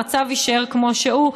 והמצב יישאר כמו שהוא,